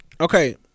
Okay